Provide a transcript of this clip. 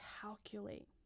calculate